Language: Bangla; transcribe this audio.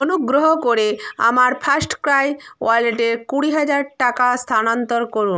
অনুগ্রহ করে আমার ফার্স্টক্রাই ওয়ালেটে কুড়ি হাজার টাকা স্থানান্তর করুন